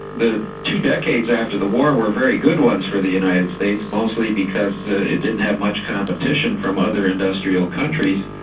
the two decades after the war were very good ones for the united states, mostly because it didn't have much competition from other industrial countries,